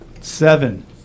Seven